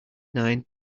nine